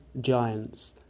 giants